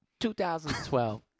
2012